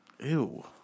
ew